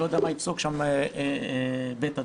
לא יודע מה יפסוק שם בית הדין.